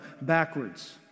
backwards